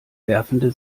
werfende